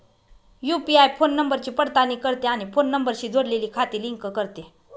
UPI phone नंबरची पडताळणी करते आणि फोन नंबरशी जोडलेली खाती लिंक करते